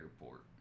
airport